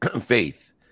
faith